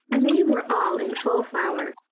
and they were all in full flower.